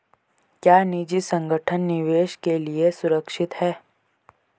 क्या निजी संगठन निवेश के लिए सुरक्षित हैं?